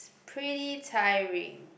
pretty tiring